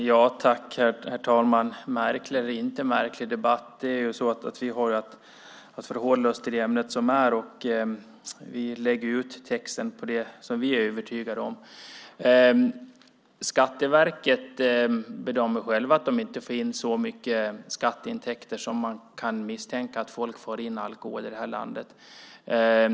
Herr talman! Oavsett om det är en märklig eller inte en märklig debatt har vi att hålla oss till det ämne som gäller. Vi lägger ut texten om det vi är övertygade om. Skatteverket bedömer självt att det inte får in så mycket skatteintäkter för den alkohol som man kan misstänka att människor för in i det här landet.